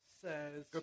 says